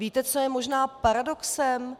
Víte, co je možná paradoxem?